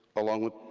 along with,